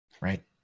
right